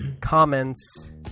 comments